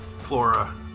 Flora